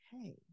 okay